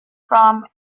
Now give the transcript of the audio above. from